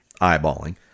eyeballing